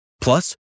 Plus